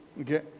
okay